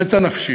פצע נפשי.